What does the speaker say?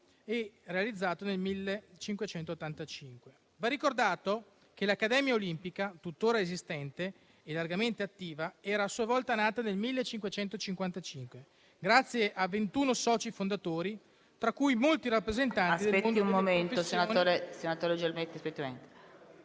e realizzato nel 1585. Va ricordato che l'Accademia olimpica, tuttora esistente e largamente attiva, era a sua volta nata nel 1555 grazie a 21 soci fondatori, tra cui molti rappresentanti del mondo delle professioni...